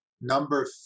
number